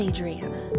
Adriana